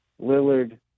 Lillard